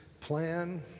plan